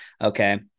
Okay